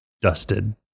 dusted